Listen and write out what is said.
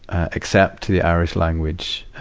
accept the irish language.